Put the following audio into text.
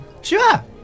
Sure